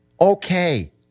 okay